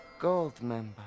Goldmember